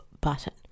button